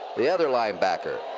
the other linebacker.